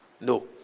No